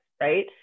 right